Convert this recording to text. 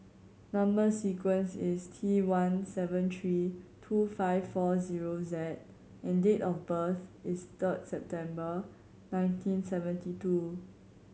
number sequence is T one seven three two five four zero Z and date of birth is third September nineteen seventy two